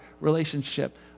relationship